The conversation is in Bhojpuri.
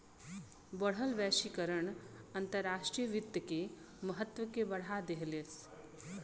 बढ़ल वैश्वीकरण अंतर्राष्ट्रीय वित्त के महत्व के बढ़ा देहलेस